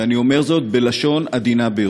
ואני אומר זאת בלשון עדינה ביותר.